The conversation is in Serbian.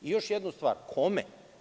Još jedna stvar – kome?